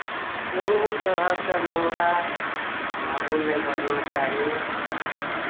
कोनो तरहके मामला आगू नहि बढ़ना चाही